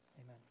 Amen